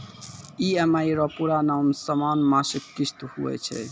EMI रो पूरा नाम समान मासिक किस्त हुवै छै